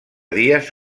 dies